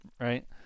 right